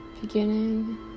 Beginning